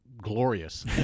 Glorious